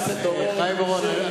חיים אורון,